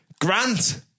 Grant